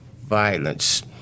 violence